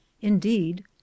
indeed